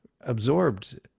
absorbed